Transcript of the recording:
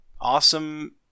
awesome